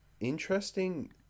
interesting